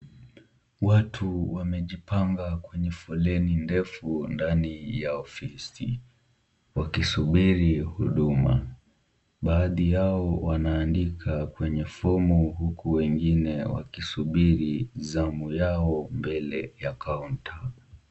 Watu wamejipanga kwenye foleni ndefu ndani ya ofisi, wakisubiri huduma. Baadhi yao wanaandika kwenye fomu huku wengine wakisubiri zamu yao mbele ya counter .